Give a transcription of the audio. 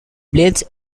blades